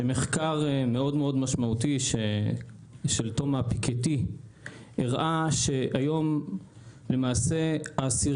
שמחקר מאוד משמעותי של תומא פיקטי הראה שהיום העשירון